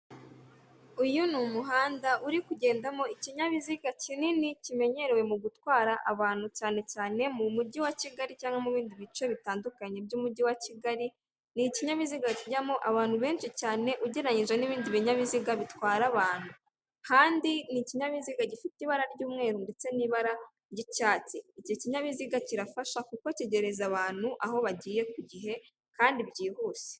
Uyu ni umuhanda uri kugendamo ikinyabiziga kinini kimenyerewe mu gutwara abantu cyane cyane mu mujyi wa kigali cyangwa mu bindi bice bitandukanye by'umujyi wa kigali, ni ikinyabiziga kijyamo abantu benshi cyane ugereranyije n'ibindi binyabiziga bitwara abantu kandi ni ikiyabiziga gifite ibara ry'umweru ndetse n'ibara ry'icyatsi iki kinyabiziga kirafasha kuko kigereza abantu aho bagiye ku gihe kandi byihuse.